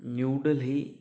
New Delhi